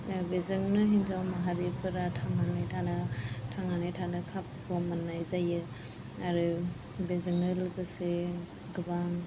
बेजोंनो हिनजाव माहारिफोरा थांनानै थानो थांनानै थानो खाबु मोननाय जायो आरो बेजोंनो लोगोसे गोबां